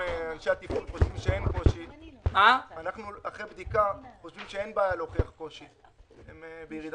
הוועדה, מה זה נקרא הוצאות קבועות, מה זה נקרא